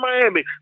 Miami